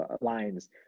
lines